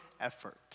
effort